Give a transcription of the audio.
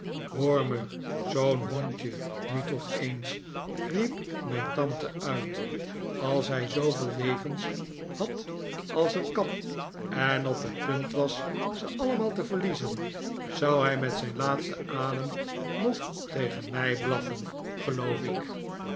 hoor me zoo'n hondje nu toch eens riep mijn tante uit als hij zooveel levens had als een kat en op het punt was ze allemaal te verliezen zou hij met zijn laatsten adem nog tegen mij blaffen geloof ik